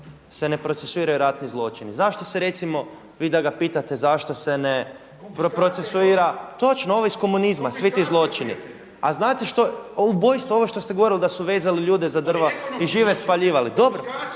se ne procesuiraju ratni zločini, zašto se recimo vi da ga pitate zašto se ne procesuira, točno ovo iz komunizma svi ti zločini. … /Upadica se ne razumije./ … Ubojstva, ovo što ste govorili da su vezali ljude za drva i žive spaljivali. …